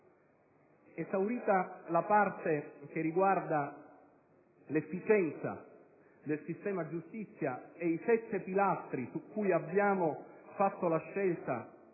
Esaurita la parte che riguarda l'efficienza del sistema giustizia e i sette pilastri su cui abbiamo fatto la scelta